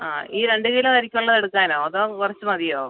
ആ ഈ രണ്ട് കിലോ അരിക്കുള്ള എടുക്കാനോ അതോ കുറച്ച് മതിയോ